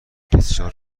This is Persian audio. بسیار